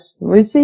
receive